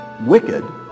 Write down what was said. wicked